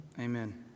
Amen